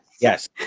yes